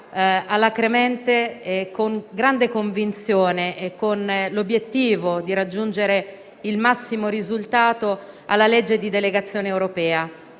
alacremente, con grande convinzione e con l'obiettivo di raggiungere il massimo risultato, alla legge di delegazione europea.